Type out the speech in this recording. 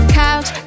couch